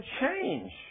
change